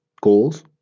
goals